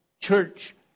church